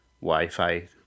Wi-Fi